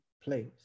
place